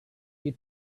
you